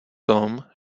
tom